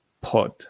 Pod